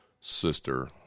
sister